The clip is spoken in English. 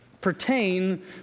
pertain